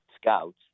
scouts